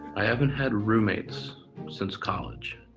i haven't had roommates since college.